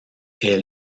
est